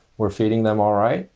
we're feeding them. all right.